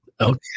Okay